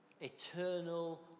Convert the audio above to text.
eternal